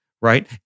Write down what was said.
Right